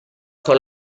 con